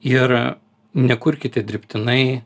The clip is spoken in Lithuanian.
ir nekurkite dirbtinai